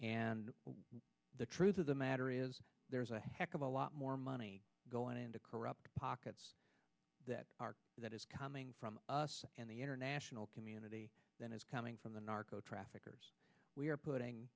and the truth of the matter is there is a heck of a lot more money going into corrupt pockets that that is coming from us and the international community that is coming from the narco traffickers we are putting